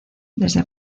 desde